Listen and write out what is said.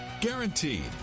guaranteed